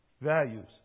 values